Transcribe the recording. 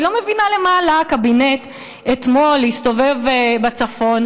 אני לא מבינה למה עלה הקבינט אתמול להסתובב בצפון.